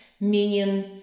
meaning